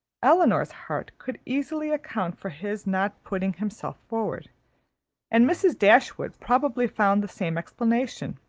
elinor's heart could easily account for his not putting himself forward and mrs. dashwood probably found the same explanation.